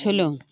सोलों